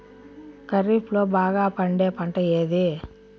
ఖరీఫ్ లో బాగా పండే పంట ఏది?